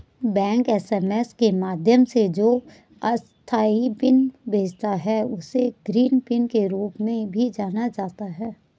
bank SMS के माध्यम से जो अस्थायी पिन भेजता है, उसे ग्रीन पिन के रूप में भी जाना जाता है